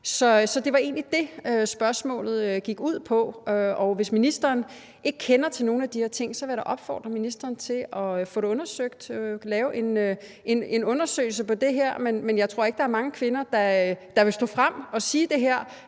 Så det var egentlig det, spørgsmålet gik ud på, og hvis ministeren ikke kender til nogen af de her ting, vil jeg da opfordre ministeren til at få det undersøgt, lave en undersøgelse af det her. Men jeg tror ikke, der er mange kvinder, der vil stå frem og sige det her,